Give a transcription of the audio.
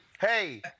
hey